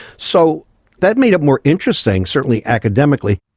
so that made it more interesting, certainly academically.